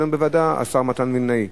השר מתן וילנאי?